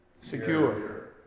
Secure